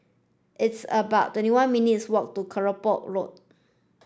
it's about twenty one minutes' walk to Kelopak Road